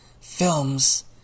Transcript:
films